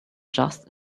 just